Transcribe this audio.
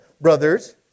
brothers